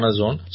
zone